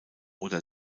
oder